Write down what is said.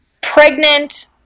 pregnant